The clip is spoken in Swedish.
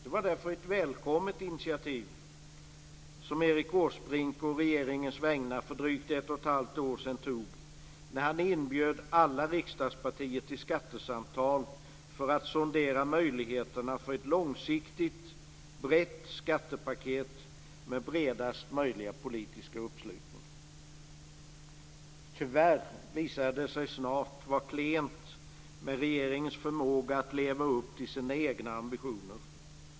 Det var därför ett välkommet initiativ som Erik Åsbrink å regeringens vägnar tog för drygt ett och ett halvt år sedan, när han inbjöd alla riksdagspartier till skattesamtal för att sondera möjligheterna för ett långsiktigt, brett skattepaket med bredast möjliga politiska uppslutning. Tyvärr visade det sig snart vara klent med regeringens förmåga att leva upp till sina egna ambitioner.